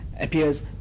appears